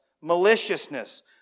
maliciousness